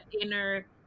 inner